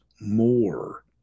more